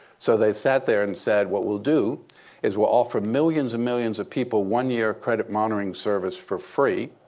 so they sat there and said, what we'll do is we'll offer millions and millions of people one-year credit monitoring service for free.